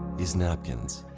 is napkins.